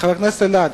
חבר הכנסת אלדד,